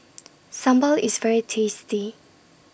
Sambal IS very tasty